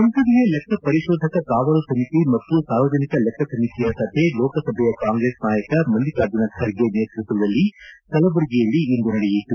ಸಂಸದೀಯ ಲೆಕ್ಕಪರಿಶೋಧಕ ಕಾವಲು ಸಮಿತಿ ಮತ್ತು ಸಾರ್ವಜನಿಕ ಲೆಕ್ಕ ಸಮಿತಿಯ ಸಭೆ ಲೋಕಸಭೆಯ ಕಾಂಗ್ರೆಸ್ ನಾಯಕ ಮಲ್ಲಿಕಾರ್ಜುನ ಖರ್ಗೆ ನೇತೃತ್ವದಲ್ಲಿ ಕಲಬುರಗಿಯಲ್ಲಿಂದು ನಡೆಯಿತು